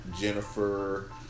Jennifer